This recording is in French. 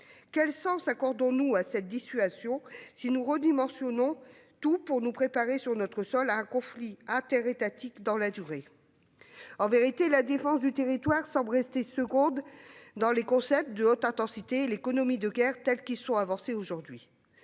Quel sens accordons-nous à cette dissuasion si nous redimensionnons tout pour nous préparer sur notre sol à un conflit interétatique dans la durée ? En vérité, la défense du territoire semble rester seconde dans les concepts de haute intensité et d'économie de guerre tels qu'ils sont avancés aujourd'hui.